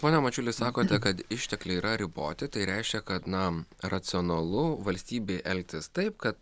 pone mačiuli sakote kad ištekliai yra riboti tai reiškia kad na racionalu valstybei elgtis taip kad